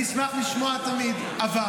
אני אשמח לשמוע תמיד, אבל